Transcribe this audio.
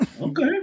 okay